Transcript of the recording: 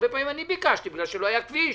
הרבה פעמים אני ביקשתי כי לא היה כביש